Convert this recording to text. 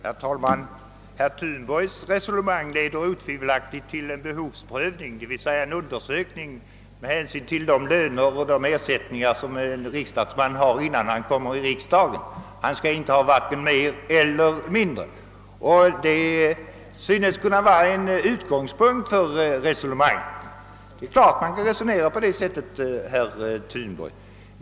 Herr talman! Herr Thunborgs resonemang leder otvivelaktigt till en behovsprövning, d.v.s. en undersökning med hänsyn till de löner och den ersättning som en riksdagsman har innan han kommer in i riksdagen. Han skall inte ha vare sig mer eller mindre. Det synes kunna vara en utgångspunkt för ett resonemang. Det är klart att man kan resonera på det sättet, herr Thunborg.